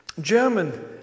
German